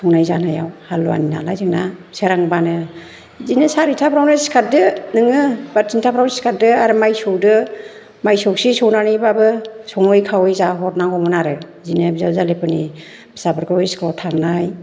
संनाय जानायाव हालुवानि नालाय जोंना सोरांबानो बिदिनो चारिताफ्राव सिखारदो नोङो बा तिनथाफ्राव सिखारदो आरो माय सौदो माय सौसि सौनानैबाबो सङै खावै जाहो हरनांगौमोन आरो बिदिनो बिजावजालिफोरनि फिसाफोरखौ स्कुलाव थांनाय